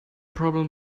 problem